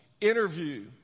interview